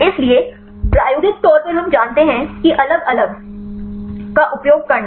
इसलिए प्रायोगिक तौर पर हम जानते हैं कि अलग अलग सही का उपयोग करना